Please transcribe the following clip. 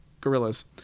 gorillas